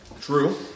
true